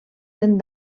dent